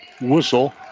whistle